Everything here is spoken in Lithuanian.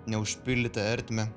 neužpildytą ertmę